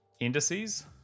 indices